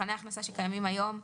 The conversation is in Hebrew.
מבחני ההכנסה שקיימים היום.